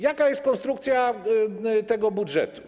Jaka jest konstrukcja tego budżetu?